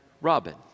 Robin